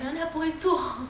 可能他不会做